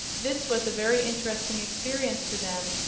this was a very interesting experience to them,